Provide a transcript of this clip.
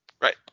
Right